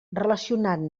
relacionant